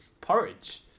porridge